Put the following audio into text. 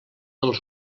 dels